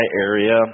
area